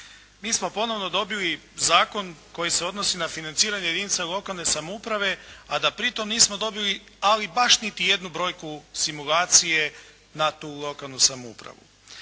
Mi smo ponovo dobili zakon koji se odnosi na financiranje jedinica lokalne samouprave, a da pritom nismo dobili ali baš niti jednu brojku simulacije na tu lokalnu samoupravu.